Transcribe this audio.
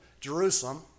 Jerusalem